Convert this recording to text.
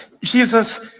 Jesus